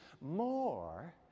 more